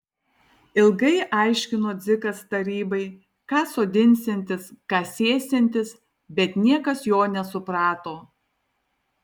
ilgai aiškino dzikas tarybai ką sodinsiantis ką sėsiantis bet niekas jo nesuprato